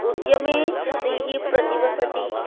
उद्यमे श्रीः प्रतिवसति